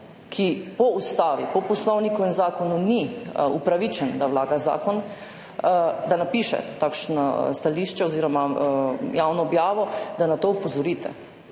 ki po Ustavi, po Poslovniku in zakonu ni upravičen, da vlaga zakon, da napiše takšno stališče oziroma javno objavo, da na to opozorite.